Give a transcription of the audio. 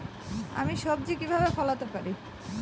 আমি সবজি কিভাবে ফলাতে পারি?